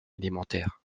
élémentaire